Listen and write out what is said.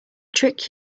trick